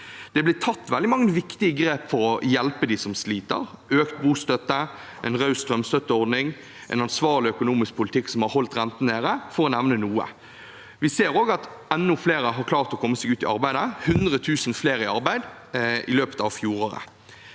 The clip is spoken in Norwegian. er blitt tatt veldig mange viktige grep for å hjelpe dem som sliter – økt bostøtte, en raus strømstøtteordning, en ansvarlig økonomisk politikk som har holdt renten nede, for å nevne noe. Vi ser også at enda flere har klart å komme seg ut i arbeid, 100 000 flere i arbeid i løpet av fjoråret.